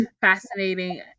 fascinating